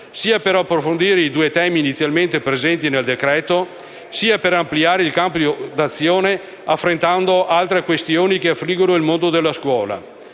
sia per approfondire i due temi inizialmente presenti nel decreto, sia per ampliare il campo d'azione affrontando altre questioni che affliggono il mondo della scuola.